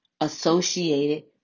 associated